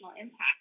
impact